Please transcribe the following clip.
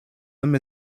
them